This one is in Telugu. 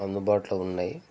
అందుబాటులో ఉన్నాయి